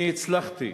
אני הצלחתי